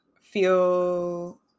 feel